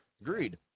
Agreed